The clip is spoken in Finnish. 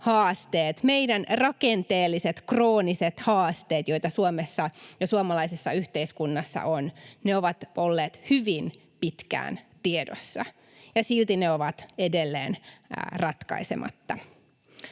meidän rakenteelliset, krooniset haasteet, joita Suomessa ja suomalaisessa yhteiskunnassa on, ovat olleet hyvin pitkään tiedossa, ja silti ne ovat edelleen ratkaisematta.